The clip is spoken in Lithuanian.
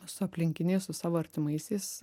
su aplinkiniais su savo artimaisiais